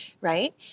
Right